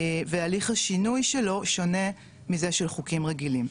והליך השינוי שלו שונה מזה של חוקים רגילים.